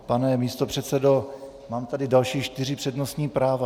Pane místopředsedo, mám tady další čtyři přednostní práva.